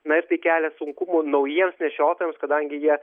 na ir tai kelia sunkumų naujiems nešiotojams kadangi jie